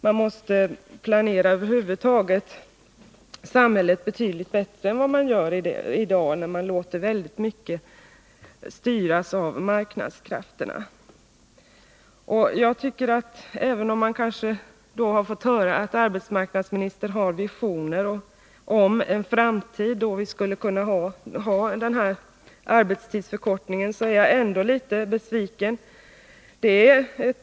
Man måste över huvud taget planera samhället betydligt bättre än vad man gör i dag, då man låter väldigt mycket styras av marknadskrafterna. Även om vi här fått höra att arbetsmarknadsministern har visioner om en framtid där vi skall kunna genomföra en sådan här arbetstidsförkortning, är jag ändå litet besviken.